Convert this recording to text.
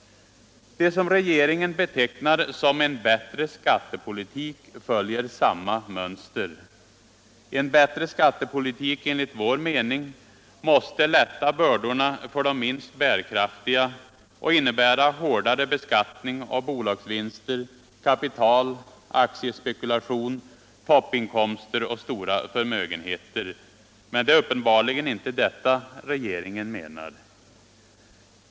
Dcet som regeringen betecknar som ”en bättre skattepolitik” följer samma mönster. En bättre skattepolitik enligt vår mening måste lätta bördorna för de minst bärkraftiga och innebära hårdare beskattning av bolagsvinster, kapital, aktiespekulation, toppinkomster och stora förmögenheter. Men det är uppenbarligen inte detta regeringen menar.